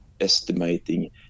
estimating